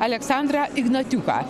aleksandrą ignatiuką